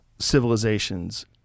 Civilizations